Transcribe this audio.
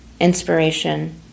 inspiration